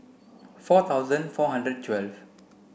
four thousand four hundred twelve